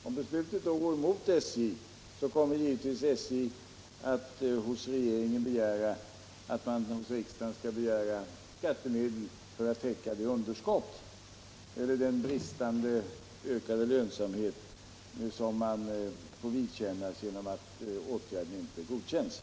Om beslutet då går emot SJ, kommer givetvis SJ att hos regeringen begära hemställan hos riksdagen om skattemedel för att täcka den förlust i lönsamhet som man får vidkännas genom att åtgärden inte godkänns.